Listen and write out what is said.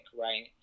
right